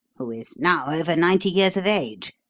who is now over ninety years of age.